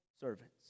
servants